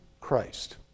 Christ